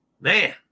Man